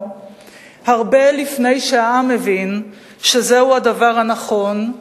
הרבה לפני שהעם הבין שזה הדבר הנכון,